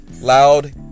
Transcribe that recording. loud